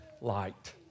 light